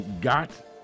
got